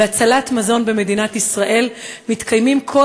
בהצלת מזון במדינת ישראל מתקיימים כל